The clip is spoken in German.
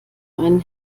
einen